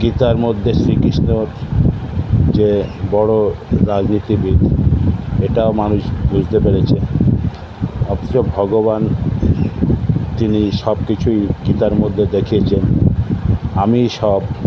গীতার মধ্যে শ্রীকৃষ্ণ যে বড় রাজনীতিবিদ সেটাও মানুষ বুঝতে পেরেছে অথচ ভগবান তিনি সব কিছুই গীতার মধ্যে দেখিয়েছেন আমিই সব